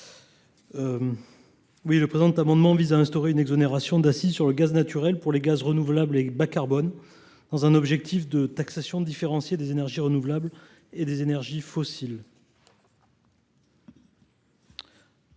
Le présent amendement vise à instaurer une exonération d’accise sur les gaz renouvelables et bas carbone dans un objectif de taxation différenciée des énergies renouvelables et des énergies fossiles.